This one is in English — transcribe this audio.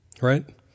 right